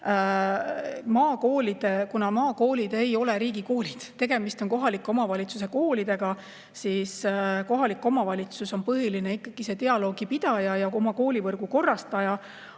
osas? Kuna maakoolid ei ole riigikoolid, tegemist on kohaliku omavalitsuse koolidega, siis kohalik omavalitsus on ikkagi põhiline dialoogipidaja ja oma koolivõrgu korrastaja.